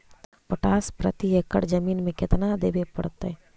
Potash प्रति एकड़ जमीन में केतना देबे पड़तै?